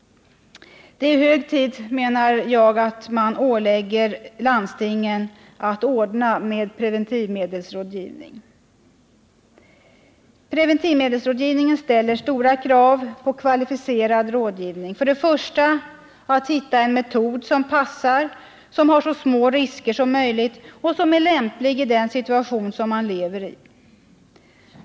Det är hög tid, menar jag att man ålägger landstingen att ordna med preventivmedelsrådgivning. Preventivmedelsrådgivningen ställer stora krav på kvalificerad rådgivning. Först och främst gäller det att hitta en metod som passar, som medför så små risker som möjligt och som är lämplig i den situation som man lever i.